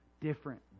different